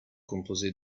composée